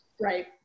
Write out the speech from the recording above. Right